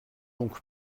donc